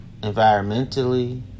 Environmentally